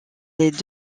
les